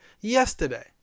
yesterday